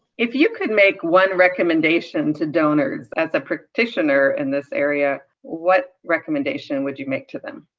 if you could make one recommendation to donors as a practitioner in this area, what recommendation would you make to them?